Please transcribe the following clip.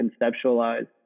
conceptualize